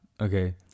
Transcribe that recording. okay